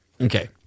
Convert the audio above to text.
okay